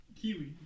Kiwi